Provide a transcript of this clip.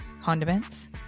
condiments